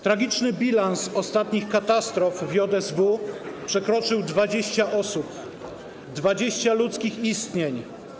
Tragiczny bilans ostatnich katastrof w JSW przekroczył 20 osób, 20 ludzkich istnień.